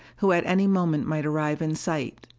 who at any moment might arrive in sight.